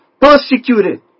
persecuted